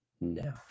now